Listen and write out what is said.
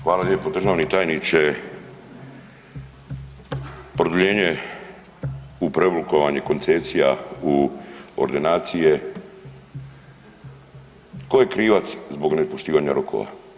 Hvala lijepo, državni tajniče, produljenje u preoblikovanje koncesija u ordinacije, tko je krivac zbog nepoštivanja rokova?